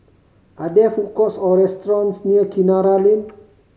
are there food courts or restaurants near Kinara Lane